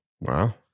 Wow